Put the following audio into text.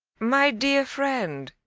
my dear friend,